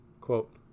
Quote